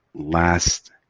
last